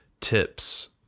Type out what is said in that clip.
tips